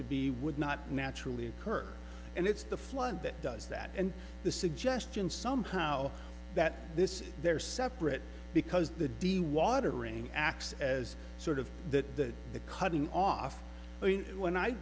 to be would not naturally occur and it's the flood that does that and the suggestion somehow that this they're separate because the de watering acts as sort of that the cutting off